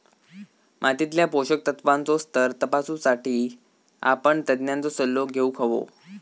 मातीतल्या पोषक तत्त्वांचो स्तर तपासुसाठी आपण तज्ञांचो सल्लो घेउक हवो